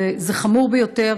וזה חמור ביותר,